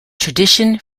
tradition